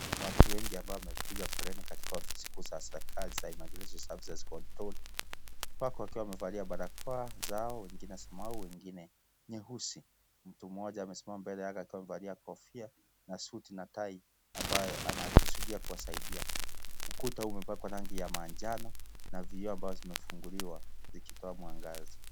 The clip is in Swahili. Watu wengi ambao wamepiga foleni katika ofisi kuu za serikali za Immigration Services Control , wako wakiwa wamevalia barakoa zao wengine samawi wengine nyeusi, mtu mmoja amesimama mbele yake akiwa kofia na suti na tai ambaye anakusudia kuwasaidia. Ukuta huu umepakwa rangi ya manjano na vioo ambazo zimefunguliwa zikitoa mwangaza.